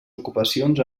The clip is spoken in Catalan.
ocupacions